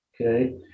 okay